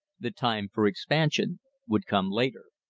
the time for expansion would come later.